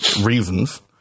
reasons